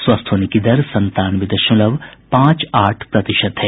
स्वस्थ होने की दर संतानवें दशमलव पांच आठ प्रतिशत है